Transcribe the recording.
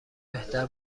بهتر